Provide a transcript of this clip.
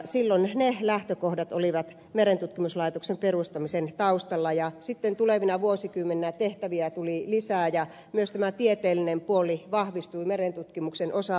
silloin ne lähtökohdat olivat merentutkimuslaitoksen perustamisen taustalla ja sitten tulevina vuosikymmeninä tehtäviä tuli lisää ja myös tämä tieteellinen puoli vahvistui merentutkimuksen osalta